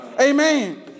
amen